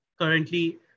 currently